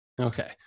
Okay